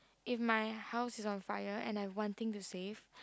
if my house is on fire and I have one thing to save